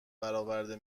براورده